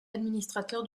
administrateur